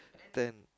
turn